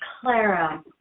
Clara